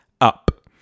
up